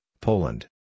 Poland